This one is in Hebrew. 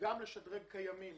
הזה גם משדרג קיימים